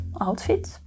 outfit